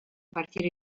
partire